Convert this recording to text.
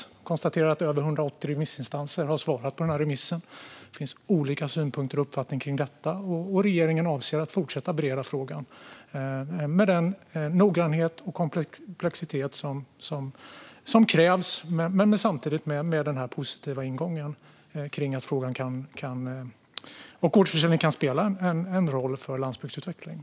Jag konstaterar att över 180 remissinstanser har svarat på remissen. Det finns olika synpunkter och uppfattningar, och regeringen avser att fortsätta att bereda frågan med den noggrannhet och komplexitet som krävs och samtidigt med en positiv ingång att gårdsförsäljning kan spela en roll för landsbygdsutvecklingen.